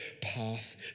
path